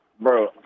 Bro